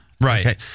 Right